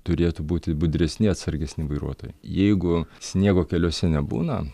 turėtų būti budresni atsargesni vairuotojai jeigu sniego keliuose nebūna